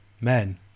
Men